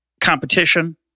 competition